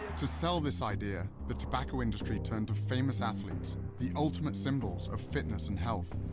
to sell this idea, the tobacco industry turned to famous athletes, the ultimate symbols of fitness and health.